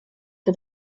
for